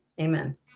amen